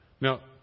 Now